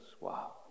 Wow